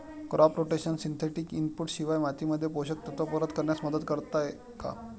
Crop rotation synthetic input शिवाय मातीमध्ये पोषक तत्त्व परत करण्यास मदत करते का?